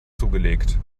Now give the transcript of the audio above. zugelegt